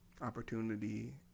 opportunity